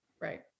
Right